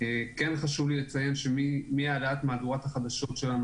כן חשוב לי לציין שמהעלאת מהדורת החדשות שלנו,